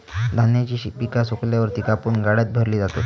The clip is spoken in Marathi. धान्याची पिका सुकल्यावर ती कापून गाड्यात भरली जातात